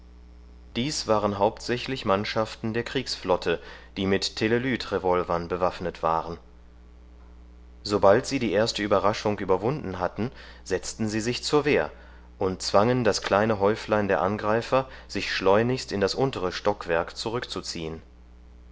dies waren hauptsächlich mannschaften der kriegsflotte die mit telelytrevolvern bewaffnet waren sobald sie die erste überraschung überwunden hatten setzten sie sich zur wehr und zwangen das kleine häuflein der angreifer sich schleunigst in das untere stockwerk zurückzuziehen